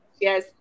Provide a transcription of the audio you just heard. Yes